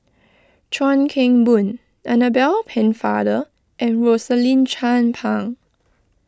Chuan Keng Boon Annabel Pennefather and Rosaline Chan Pang